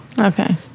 Okay